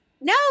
No